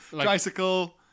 Tricycle